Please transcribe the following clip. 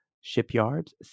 Shipyards